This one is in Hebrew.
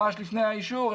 ממש לפני האישור,